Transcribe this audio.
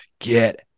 get